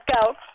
go